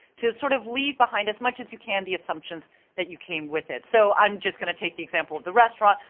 to sort of leave behind, as much as you can, the assumptions that you came with it. so i'm just gonna take the example of the restaurant,